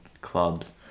clubs